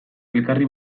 elkarri